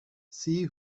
see